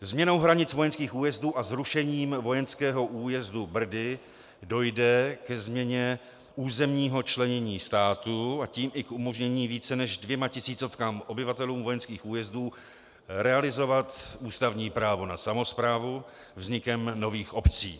Změnou hranic vojenských újezdů a zrušením vojenského újezdu Brdy dojde ke změně územního členění státu, a tím i k umožnění více než dvěma tisícovkám obyvatelům vojenských újezdů realizovat ústavní právo na samosprávu vznikem nových obcí.